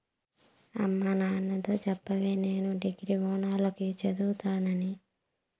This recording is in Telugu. అమ్మ నాయనతో చెప్పవే నేను డిగ్రీల ఓనాల కి చదువుతానని